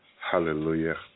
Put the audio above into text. Hallelujah